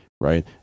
right